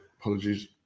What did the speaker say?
apologies